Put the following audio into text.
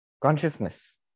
Consciousness